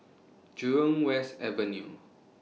Jurong West Avenue